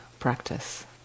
Practice